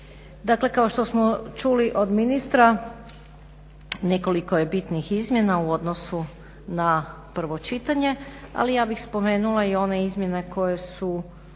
Dakle kao što smo čuli od ministra nekoliko je bitnih izmjena u odnosu na prvo čitanje, ali ja bih spomenula i one izmjene koje su